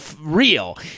real